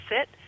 sit